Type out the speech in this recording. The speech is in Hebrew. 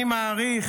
אני מעריך